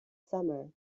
summer